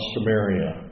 Samaria